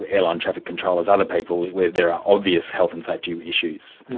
ah airline traffic controllers, other people where there are obvious health and safety issues